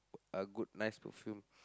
a good nice perfume